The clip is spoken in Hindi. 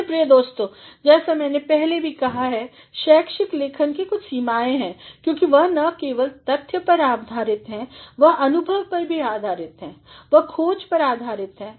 मेरे प्रिय दोस्तों जैसा मैने पहले ही कहा है कि शैक्षिक लेखन के कुछ सीमाएं हैं क्योंकि वह न केवल तथ्य पर आधारित है वह अनुभव पर भी आधारित है वह खोज पर आधारित है